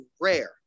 rare